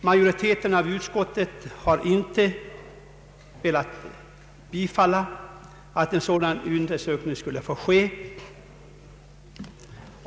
Majoriteten av utskottsledamöterna har inte velat bifalla att en sådan undersökning skulle få ske.